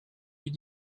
plus